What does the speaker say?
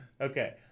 okay